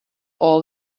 all